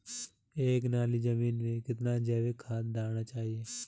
एक नाली जमीन में कितना जैविक खाद डालना चाहिए?